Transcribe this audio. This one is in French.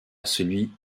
celui